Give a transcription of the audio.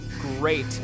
great